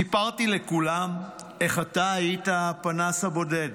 סיפרתי לכולם איך אתה היית הפנס הבודד